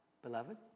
Beloved